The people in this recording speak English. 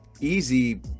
easy